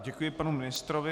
Děkuji panu ministrovi.